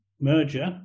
merger